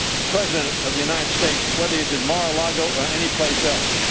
the president of the united states, whether he's in mar-a-lago or any place else,